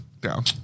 down